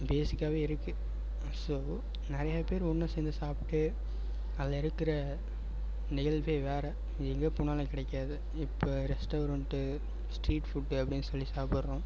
பேசிக்காகவே இருக்குது ஸோ நிறைய பேர் ஒன்று சேர்ந்து சாப்பிட்டு அதில் இருக்கிற நிகழ்வே வேறு எங்கே போனாலும் கிடைக்காது இப்போ ரெஸ்டாரெண்ட்டு ஸ்ட்ரீட் ஃபுட்டு அப்படின்னு சொல்லி சாப்பிட்றோம்